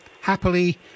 happily